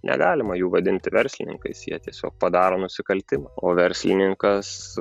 negalima jų vadinti verslininkais jie tiesiog padaro nusikaltimą o verslininkas